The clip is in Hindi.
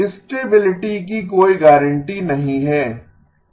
स्टेबिलिटी की कोई गारंटी नहीं है